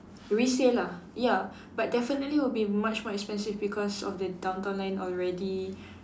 resale lah ya but definitely will be much more expensive because of the downtown line already